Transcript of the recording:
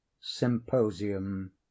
symposium